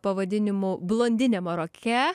pavadinimu blondinė maroke